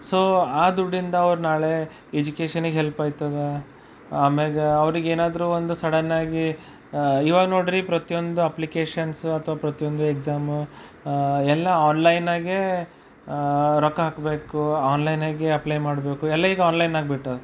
so ಆ ದುಡ್ಡಿಂದ ಅವ್ರು ನಾಳೆ ಎಜುಕೇಶನಿಗೆ ಹೆಲ್ಪ್ ಆಯ್ತದೆ ಆಮ್ಯಾಗೆ ಅವರಿಗೇನಾದ್ರು ಒಂದು ಸಡನ್ನಾಗಿ ಈವಾಗ ನೋಡಿರಿ ಪ್ರತಿಯೊಂದು ಅಪ್ಲಿಕೇಷನ್ಸ್ ಅಥವಾ ಪ್ರತಿಯೊಂದು ಎಕ್ಸಾಮ ಎಲ್ಲ ಆನ್ಲೈನಾಗೆ ರೊಕ್ಕ ಹಾಕಬೇಕು ಆನ್ಲೈನಾಗೆ ಅಪ್ಲೈ ಮಾಡಬೇಕು ಎಲ್ಲ ಈಗ ಆನ್ಲೈನ್ ಆಗ್ಬಿಟ್ಟಿವೆ